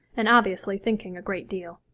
and obviously thinking a great deal.